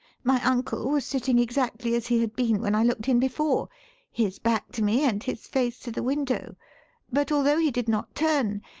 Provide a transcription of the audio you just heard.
my uncle was sitting exactly as he had been when i looked in before his back to me and his face to the window but although he did not turn,